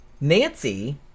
Nancy